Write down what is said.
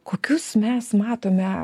kokius mes matome